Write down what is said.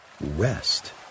rest